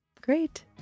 Great